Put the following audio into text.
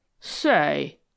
Say